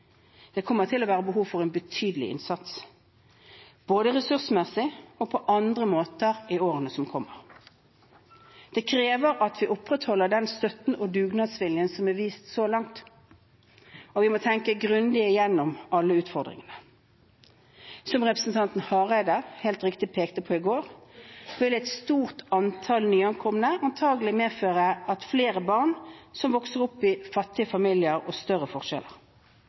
Det kommer til å være behov for en betydelig innsats både ressursmessig og på andre måter i årene som kommer. Det krever at vi opprettholder den støtten og dugnadsviljen som er vist så langt, og vi må tenke grundig gjennom alle utfordringene. Som representanten Hareide helt riktig pekte på i går, vil et stort antall nyankomne antakelig medføre at flere barn vokser opp i fattige familier, og større forskjeller.